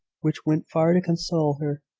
which went far to console her,